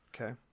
Okay